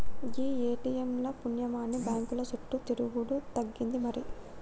గీ ATM ల పుణ్యమాని బాంకుల సుట్టు తిరుగుడు తగ్గింది మరి